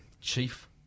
Chief